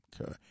Okay